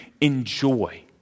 enjoy